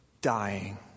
dying